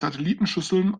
satellitenschüsseln